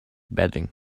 bedding